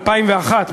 התשס"א 2001,